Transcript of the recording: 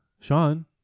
Sean